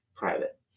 private